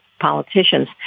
politicians